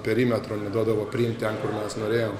perimetro neduodavo priimt ten kur mes norėjom